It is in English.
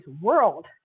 world